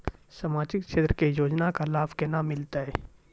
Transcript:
समाजिक क्षेत्र के योजना के लाभ केना मिलतै?